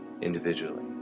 individually